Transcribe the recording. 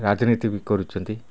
ରାଜନୀତି ବି କରୁଛନ୍ତି